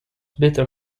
bitter